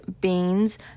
beans